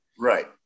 right